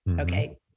Okay